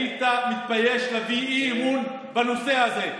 היית מתבייש להביא אי-אמון בנושא הזה.